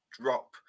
drop